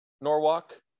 Norwalk